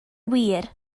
wir